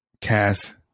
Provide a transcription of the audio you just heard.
cast